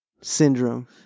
syndrome